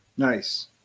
nice